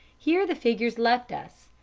here the figures left us,